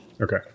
Okay